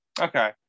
Okay